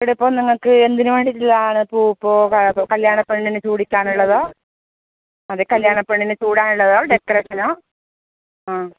ഇവിടെ ഇപ്പോൾ നിങ്ങൾക്ക് എന്തിന് വേണ്ടിയിട്ടുള്ളതാണ് പൂ ഇപ്പോൾ കല്യാണ പെണ്ണിനെ ചൂടിക്കാനുള്ളതോ അതെ കല്യാണ പെണ്ണിന് ചൂടാനുള്ളതോ ഡെക്കറേഷനോ ആ